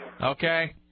Okay